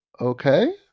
okay